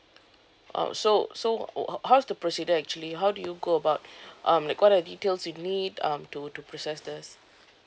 oh so so oh ho~ how is the procedure actually how do you go about um like what are the details you need um to to process this